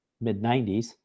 mid-90s